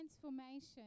transformation